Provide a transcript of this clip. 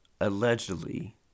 allegedly